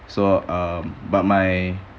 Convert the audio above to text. so err but my